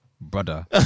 Brother